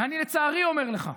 ולצערי, אני אומר לך,